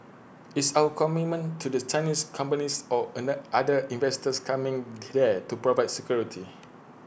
it's our commitment to the Chinese companies or other investors coming there to provide security